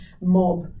mob